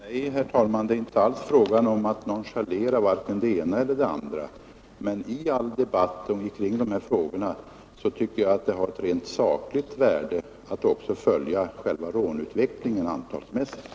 Herr talman! Nej, det är inte alls fråga om att nonchalera vare sig det ena eller det andra. Men jag tycker att i all debatt kring dessa frågor har det ett rent sakligt värde att också följa själva rånutvecklingen antalsmässigt.